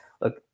look